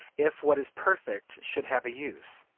if what is perfect should have a use.